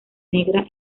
negra